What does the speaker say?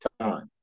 time